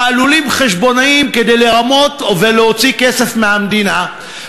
פעלולים חשבונאיים כדי לרמות ולהוציא כסף מהמדינה,